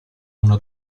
una